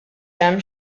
hemm